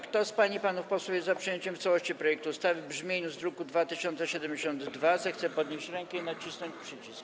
Kto z pań i panów posłów jest za przyjęciem w całości projektu ustawy w brzmieniu z druku nr 2072, zechce podnieść rękę i nacisnąć przycisk.